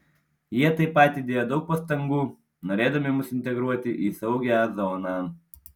jie taip pat įdėjo daug pastangų norėdami mus integruoti į saugią zoną